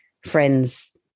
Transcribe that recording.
friends